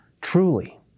truly